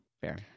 fair